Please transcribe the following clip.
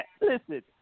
Listen